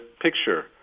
picture